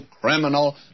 criminal